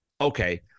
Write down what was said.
okay